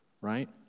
right